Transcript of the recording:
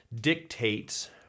dictates